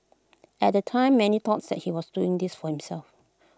at the time many thought that he was doing this for himself